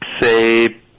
say